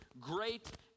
great